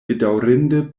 bedaŭrinde